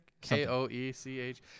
K-O-E-C-H